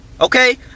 okay